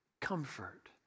comfort